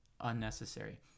unnecessary